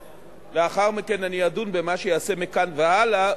ולאחר מכן אדון במה שייעשה מכאן והלאה,